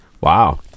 Wow